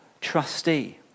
trustee